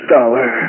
Dollar